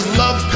love